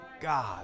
God